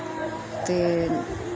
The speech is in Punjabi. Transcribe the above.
ਅਤੇ